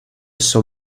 esso